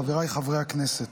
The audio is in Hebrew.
חבריי חברי הכנסת,